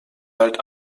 bald